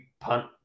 punt